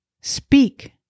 speak